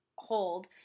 hold